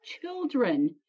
Children